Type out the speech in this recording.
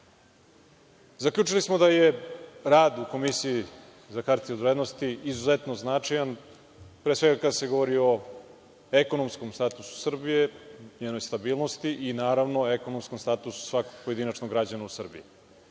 Srbije. Zaključili smo da je rad u Komisiji za hartije od vrednosti izuzetno značajan, pre svega, kada se govori o ekonomskom statusu Srbije, njenoj stabilnosti i naravno ekonomskom statusu svakog pojedinačnog građanina u Srbiji.